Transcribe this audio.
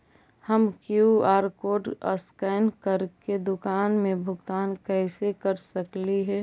हम QR code scan करके दुकान में भुगतान कैसे कर सकली हे?